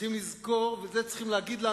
צריכים לזכור, ואת זה צריך לומר לאמריקנים: